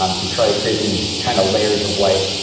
um to try to create these kind of layers of light.